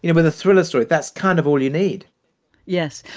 you know with a thriller story, that's kind of all you need yes.